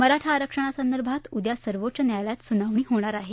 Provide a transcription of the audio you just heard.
मराठा आरक्षणासंदर्भात उद्या सर्वोच्च न्यायालयात सुनावणी होणार आहे